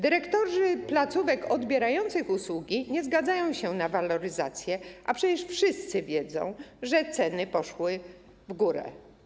Dyrektorzy placówek odbierających usługi nie zgadzają się na waloryzację, a przecież wszyscy wiedzą, że ceny poszły w górę.